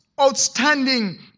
outstanding